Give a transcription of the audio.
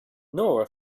nora